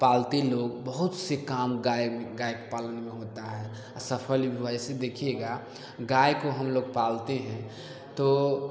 पालते लोग बहुत से काम गाय गाय के पालन में होता है सफल भी हुआ है ऐसे देखिएगा गाय को हम लोग पालते हैं तो